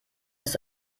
ist